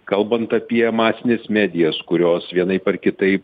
kalbant apie masines medijas kurios vienaip ar kitaip